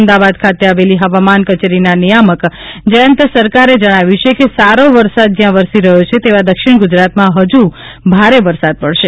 અમદાવાદ ખાતે આવેલી હવામાન કચેરીના નિયામક જયંત સરકારે જણાવ્યું છે કે સારો વરસાદ જ્યાં વરસી રહ્યો છે તેવા દક્ષિમ ગુજરાતમાં હજુ ભારે વરસાદ પડશે